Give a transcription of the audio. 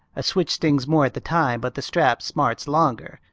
a switch stings more at the time but the strap smarts longer,